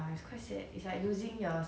actually ya actually I so also like